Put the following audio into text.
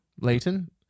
Leighton